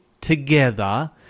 together